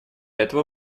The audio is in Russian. этого